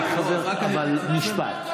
משפט.